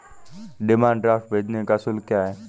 Demand draft भेजने का शुल्क क्या है?